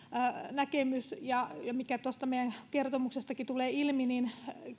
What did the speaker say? näkemys mikä tuosta meidän kertomuksestakin tulee ilmi